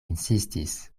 insistis